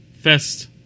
Fest